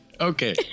Okay